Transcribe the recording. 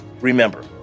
Remember